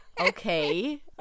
okay